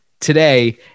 today